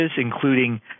including